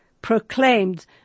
Proclaimed